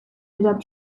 adopt